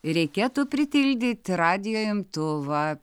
reikėtų pritildyti radijo imtuvą